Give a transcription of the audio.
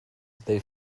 they